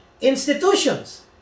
Institutions